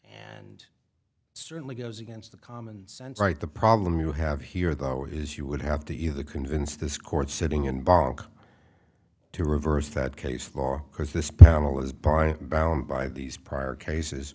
and certainly goes against the common sense right the problem you have here though is you would have to either convince this court sitting in bulk to reverse that case law because this panel is part of bound by these prior cases